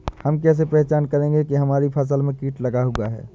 हम कैसे पहचान करेंगे की हमारी फसल में कीट लगा हुआ है?